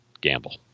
gamble